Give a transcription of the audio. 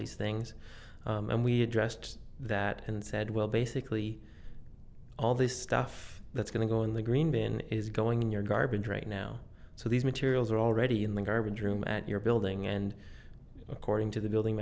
these things and we addressed that and said well basically all the stuff that's going to go in the green bin is going in your garbage right now so these materials are already in the garbage room at your building and according to the building